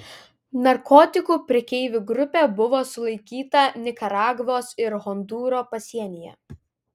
narkotikų prekeivų grupė buvo sulaikyta nikaragvos ir hondūro pasienyje